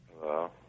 Hello